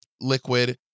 liquid